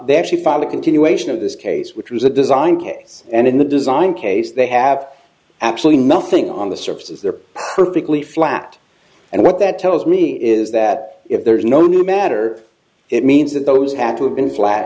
they actually found the continuation of this case which was a design kit and in the design case they have absolutely nothing on the surface as they're perfectly flat and what that tells me is that if there is no new matter it means that those had to have been flat